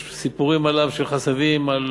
יש סיפורים עליו, של חסדים, על